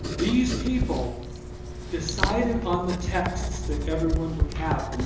these people decided on the texts that everyone would have